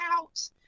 out